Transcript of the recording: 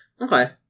Okay